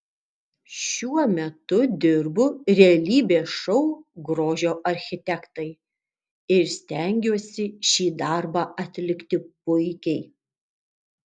šiuo metu dirbu realybės šou grožio architektai ir stengiuosi šį darbą atlikti puikiai